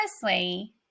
firstly